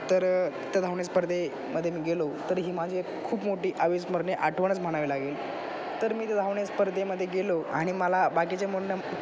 तर त्या धावणे स्पर्धेमध्ये मी गेलो तर ही माझी एक खूप मोठी अविस्मरणीय आठवणच म्हणावी लागेल तर मी त्या धावणे स्पर्धेमध्ये गेलो आणि मला बाकीच्या मुणनं